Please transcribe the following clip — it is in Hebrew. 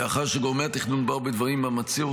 לאחר שגורמי התכנון באו בדברים עם המציע,